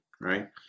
right